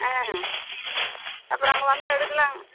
ஆ அப்புறோம் அங்கே வந்து எடுக்கலாம்